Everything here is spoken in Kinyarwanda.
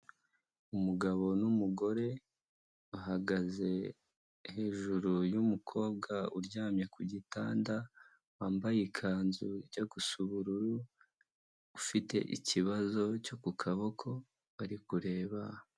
Umugabo n'umugore, bahagaze hejuru y'umukobwa uryamye ku gitanda, wambaye ikanzu ijya gusa ubururu, ufite ikibazo cyo ku kaboko bari kureba.